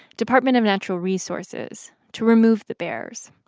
department of natural resources, to remove the bears.